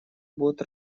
будут